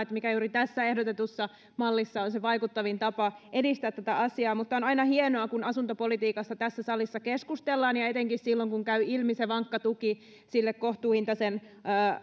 mikä juuri tässä ehdotetussa mallissa on vaikuttavin tapa edistää tätä asiaa mutta on aina hienoa kun asuntopolitiikasta tässä salissa keskustellaan ja etenkin silloin kun käy ilmi vankka tuki kohtuuhintaisen